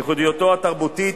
ייחודיותו התרבותית,